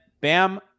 Bam